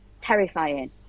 terrifying